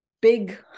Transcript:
big